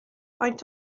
faint